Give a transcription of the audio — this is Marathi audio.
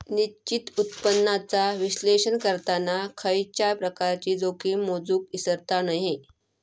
निश्चित उत्पन्नाचा विश्लेषण करताना खयच्याय प्रकारची जोखीम मोजुक इसरता नये